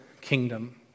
kingdom